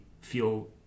feel